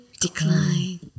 decline